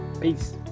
Peace